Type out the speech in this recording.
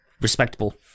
respectable